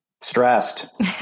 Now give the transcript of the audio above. Stressed